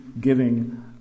giving